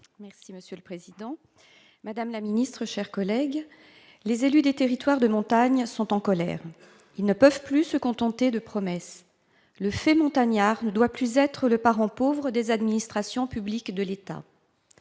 ministre de l'intérieur. Madame la secrétaire d'État, les élus des territoires de montagne sont en colère. Ils ne peuvent plus se contenter de promesses. Le « fait montagnard » ne doit plus être le parent pauvre des administrations publiques de l'État.